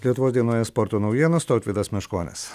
lietuvos dienoje sporto naujienos tautvydas meškonis